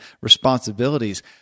responsibilities